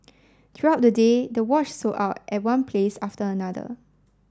throughout the day the watch sold out at one place after another